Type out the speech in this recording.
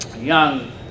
Young